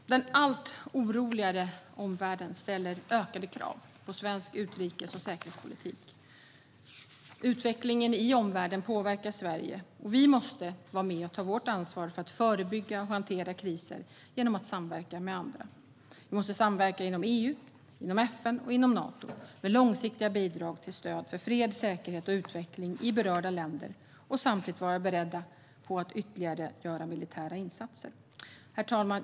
Den allt oroligare omvärlden ställer ökade krav på svensk utrikes och säkerhetspolitik. Utvecklingen i omvärlden påverkar Sverige. Vi måste vara med och ta vårt ansvar för att förebygga och hantera kriser genom att samverka med andra. Vi måste samverka inom EU, inom FN och inom Nato med långsiktiga bidrag till stöd för fred, säkerhet och utveckling i berörda länder. Samtidigt måste vi vara beredda att göra ytterligare militära insatser. Herr talman!